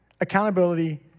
accountability